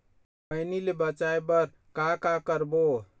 मैनी ले बचाए बर का का करबो?